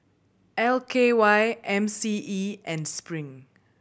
L K Y M C E and Spring